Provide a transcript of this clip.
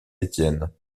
étienne